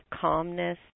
calmness